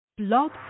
Blog